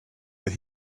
that